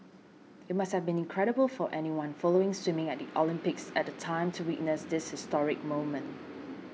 it must have been incredible for anyone following swimming at the Olympics at the time to witness this historic moment